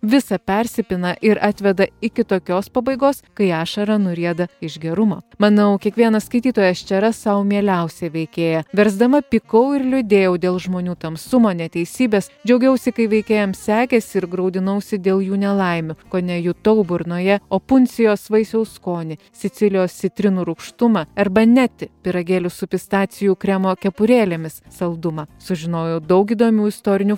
visa persipina ir atveda iki tokios pabaigos kai ašara nurieda iš gerumo manau kiekvienas skaitytojas čia ras sau mieliausią veikėją versdama pykau ir liūdėjau dėl žmonių tamsumo neteisybės džiaugiausi kai veikėjams sekėsi ir graudinausi dėl jų nelaimių kone jutau burnoje opunsijos vaisiaus skonį sicilijos citrinų rūgštumą arba neti pyragėlių su pistacijų kremo kepurėlėmis saldumą sužinojau daug įdomių istorinių